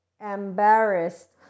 embarrassed